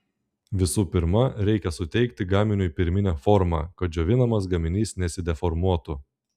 visų pirma reikia suteikti gaminiui pirminę formą kad džiovinamas gaminys nesideformuotų